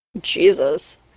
Jesus